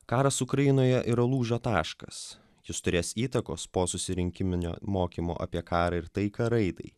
karas ukrainoje yra lūžio taškas jis turės įtakos po susirinkimo mokymo apie karą ir taiką raidai